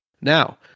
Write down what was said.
Now